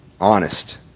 honest